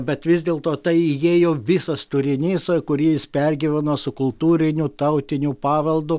bet vis dėlto tai įėjo visas turinys kurį jis pergyveno su kultūriniu tautiniu paveldu